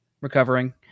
recovering